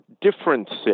differences